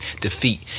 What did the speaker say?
Defeat